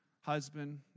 husband